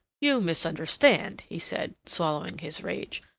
you misunderstand, he said, swallowing his rage.